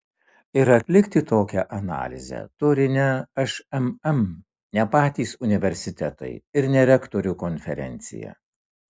ir atlikti tokią analizę turi ne šmm ne patys universitetai ir ne rektorių konferencija